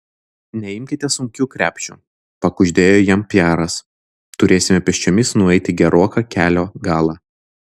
neimkite sunkių krepšių pakuždėjo jam pjeras turėsime pėsčiomis nueiti geroką kelio galą